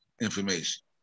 information